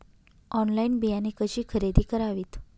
Online बियाणे कशी खरेदी करावीत?